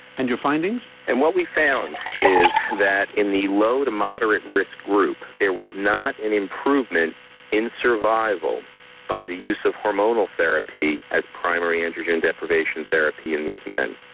and your findings? and what we found is that in the low to moderate risk group there was not an improvement in survival by the use of hormonal therapy as primary androgen deprivation therapy in these men.